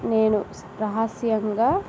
నేను రహస్యంగా